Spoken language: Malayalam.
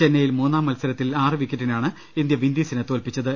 ചെന്നൈയിൽ മൂന്നാം മത്സരത്തിൽ ആറ് വിക്കറ്റിനാണ് ഇന്ത്യ വിൻഡീസിനെ തോൽപിച്ചത്